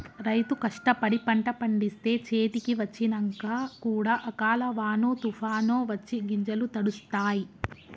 రైతు కష్టపడి పంట పండిస్తే చేతికి వచ్చినంక కూడా అకాల వానో తుఫానొ వచ్చి గింజలు తడుస్తాయ్